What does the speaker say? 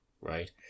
Right